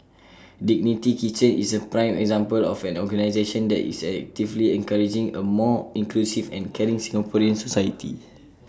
dignity kitchen is A prime example of an organisation that is actively encouraging A more inclusive and caring Singaporean society